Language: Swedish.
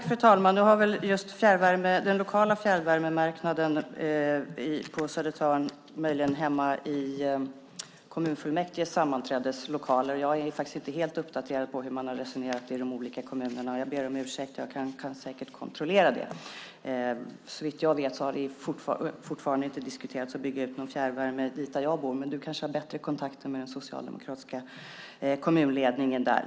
Fru talman! Nu hör väl just frågan om den lokala fjärrvärmemarknaden på Södertörn möjligen hemma i kommunfullmäktiges sammanträdeslokaler. Jag är inte helt uppdaterad på hur man har resonerat i de olika kommunerna - jag ber om ursäkt för det - men jag kan säkert kontrollera det. Såvitt jag vet har vi fortfarande inte diskuterat att bygga ut någon fjärrvärme där jag bor, men du kanske har bättre kontakter med den socialdemokratiska kommunledningen där.